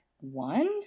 one